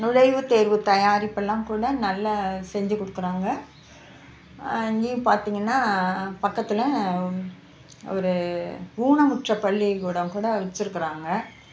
நுழைவுத்தேர்வு தயாரிப்பெல்லாம் கூட நல்லா செஞ்சிக்கொடுக்கறாங்க இங்கேயும் பார்த்திங்கன்னா பக்கத்தில் ஒரு ஊனமுற்ற பள்ளிக்கூடம் கூட வச்சிருக்கறாங்க